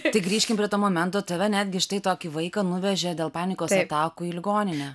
tai grįžkim prie to momento tave netgi štai tokį vaiką nuvežė dėl panikos atakų į ligoninę